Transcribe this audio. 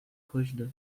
koźle